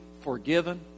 forgiven